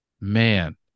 Man